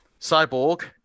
Cyborg